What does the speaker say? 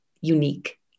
unique